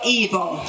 evil